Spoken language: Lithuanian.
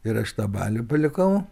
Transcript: ir aš tą balių palikau